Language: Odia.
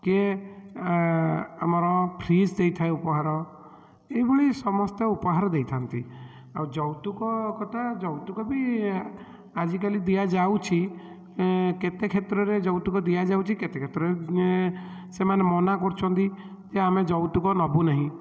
କିଏ ଆମର ଫ୍ରିଜ୍ ଦେଇଥାଏ ଉପହାର ଏହିଭଳି ସମସ୍ତେ ଉପହାର ଦେଇଥାନ୍ତି ଆଉ ଯୌତୁକ କଥା ଯୌତୁକ ବି ଆଜିକାଲି ଦିଆଯାଉଛି କେତେ କ୍ଷେତ୍ରରେ ଯୌତୁକ ଦିଆଯାଉଛି କେତେ କ୍ଷେତ୍ରରେ ସେମାନେ ମନା କରୁଛନ୍ତି ଯେ ଆମେ ଯୌତୁକ ନେବୁନାହିଁ